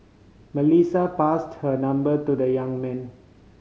Melissa passed her number to the young man